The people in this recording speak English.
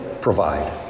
provide